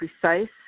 precise